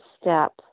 step